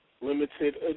limited